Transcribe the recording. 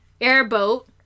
Airboat